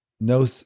no